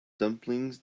dumplings